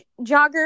jogger